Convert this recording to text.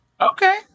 Okay